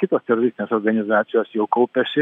kitos teroristinės organizacijos jau kaupiasi